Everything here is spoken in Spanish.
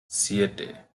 siete